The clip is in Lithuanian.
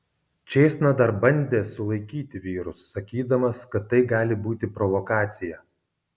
čėsna dar bandė sulaikyti vyrus sakydamas kad tai gali būti provokacija